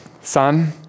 son